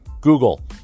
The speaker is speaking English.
Google